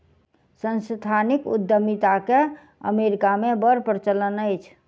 सांस्थानिक उद्यमिता के अमेरिका मे बड़ प्रचलन अछि